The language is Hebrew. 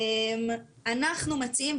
אנחנו מציעים,